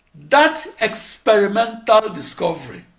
that experimental discovery